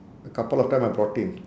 a couple of time I brought him